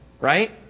Right